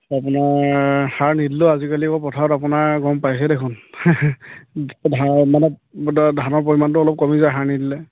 আপোনাৰ সাৰ নিদিলেও আজিকালি পথাৰত আপোনাৰ গম পাইছেই দেখোন মানে ধানৰ পৰিমাণটো অলপ কমি যায় সাৰ নিদিলেন